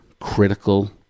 critical